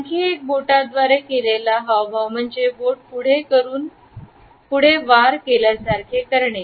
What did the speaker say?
आणखी एक बोट द्वारे केलेला हावभाव म्हणजे बोट पुढे करून पुढे वार केल्यासारखे करणे